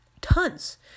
tons